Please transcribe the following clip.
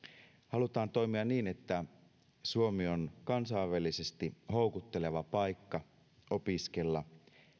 halutaan toimia niin että suomi on kansainvälisesti houkutteleva paikka opiskella